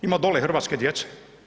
Ima dole hrvatske djece.